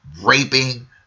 raping